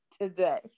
today